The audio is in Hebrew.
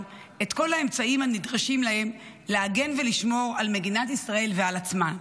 את כל האמצעים הנדרשים להם להגן ולשמור על מדינת ישראל ועל עצמם.